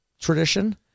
tradition